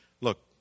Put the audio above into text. look